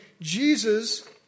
Jesus